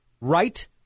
right